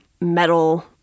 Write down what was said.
metal